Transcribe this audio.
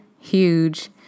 huge